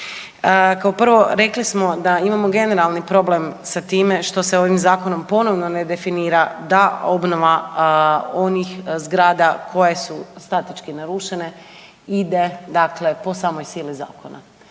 Kao prvo, rekli smo da imamo generalni problem sa time što se ovim zakonom ponovno ne definira da obnova onih zgrada koje su statički narušene ide po samoj sili zakona